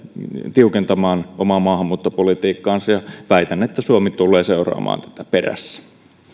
tiukentamaan omaa maahanmuuttopolitiikkaansa ja väitän että suomi tulee seuraamaan perässä